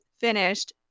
finished